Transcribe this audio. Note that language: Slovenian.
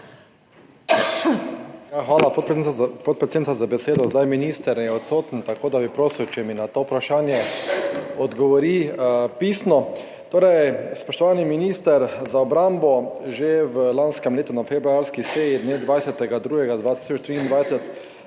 Hvala, podpredsednica, za besedo. Minister je zdaj odsoten, tako da bi prosil, če mi na to vprašanje odgovori pisno. Torej, spoštovani minister za obrambo, že v lanskem letu na februarski seji dne 20. 2.